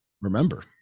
remember